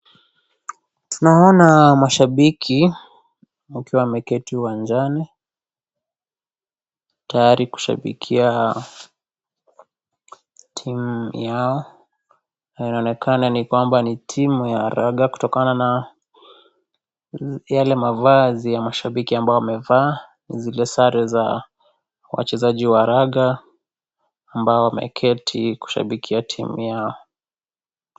Naona mashabiki wakiwa wameketi uwanjani, tayari kushabikia timu yao. Na inaonekana ni kwamba ni timu ya raga kutokana na yale mavazi ya mashabiki wamevaa, zile sare za wachezaji wa raga ambao wameketi kushabikia timu yao.